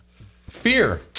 fear